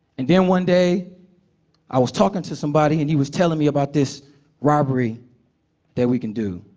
and then one day i was talking to somebody and he was telling me about this robbery that we could do.